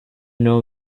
know